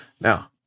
Now